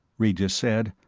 regis said,